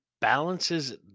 balances